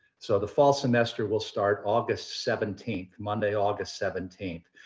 so the fall semester will start august seventeenth, monday august seventeenth.